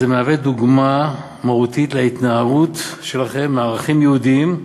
היא דוגמה מהותית להתנערות שלכם מערכים יהודיים,